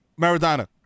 Maradona